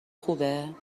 خوبه